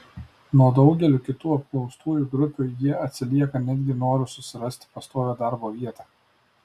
nuo daugelių kitų apklaustųjų grupių jie atsilieka netgi noru susirasti pastovią darbo vietą